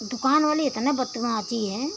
दुकान वाले इतना बदतमीज है